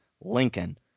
Lincoln